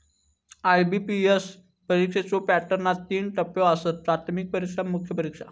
IBPS परीक्षेच्यो पॅटर्नात तीन टप्पो आसत, प्राथमिक परीक्षा, मुख्य परीक्षा